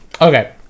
Okay